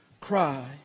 cry